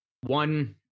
one